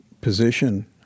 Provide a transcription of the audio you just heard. position